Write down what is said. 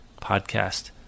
podcast